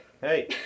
hey